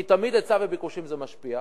כי תמיד היצע וביקושים, וזה משפיע.